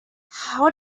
how